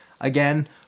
Again